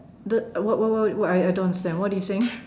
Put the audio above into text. the uh what what what what I don't understand what are you saying